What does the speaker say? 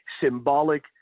symbolic